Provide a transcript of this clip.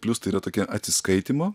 plius tai yra tokia atsiskaitymo